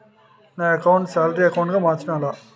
నా అకౌంట్ ను salary account గా మార్చటం ఎలా?